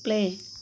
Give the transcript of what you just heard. play